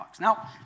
Now